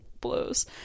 blows